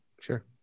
Sure